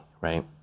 right